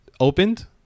opened